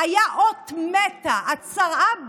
היה אות מתה, הצהרה בלבד.